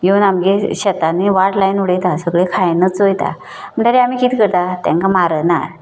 येवन आमगे शेतांनी वाट लायन उडयता सगले खायनच वयता म्हणटगी आमी किदें करता तांकां मारना